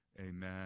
amen